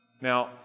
Now